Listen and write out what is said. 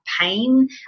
pain